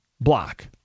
block